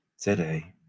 today